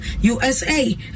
USA